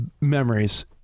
memories